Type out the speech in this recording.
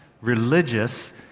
religious